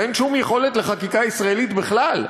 ואין שום יכולת לחקיקה ישראלית בכלל,